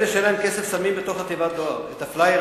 אלה שאין להם כסף שמים בתיבת הדואר את הפלייר